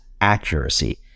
accuracy